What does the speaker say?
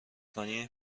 کنیم